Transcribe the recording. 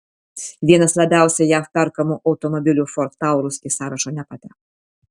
vienas labiausiai jav perkamų automobilių ford taurus į sąrašą nepateko